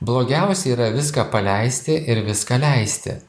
blogiausia yra viską paleisti ir viską leisti